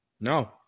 No